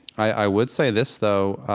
i would say this though